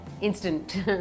instant